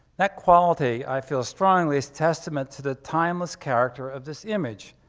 that quality i feel strongly is testiment to the timeless character of this image,